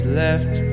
left